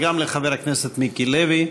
וגם לחבר הכנסת מיקי לוי.